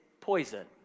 poison